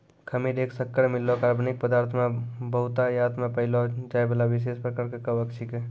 खमीर एक शक्कर मिललो कार्बनिक पदार्थ मे बहुतायत मे पाएलो जाइबला विशेष प्रकार के कवक छिकै